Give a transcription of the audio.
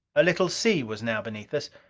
a little sea was now beneath us.